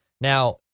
Now